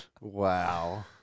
wow